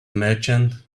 merchant